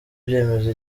ibyemezo